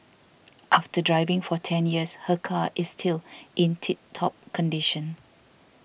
after driving for ten years her car is still in tip top condition